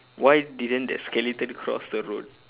why didn't the skeleton cross the road